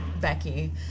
Becky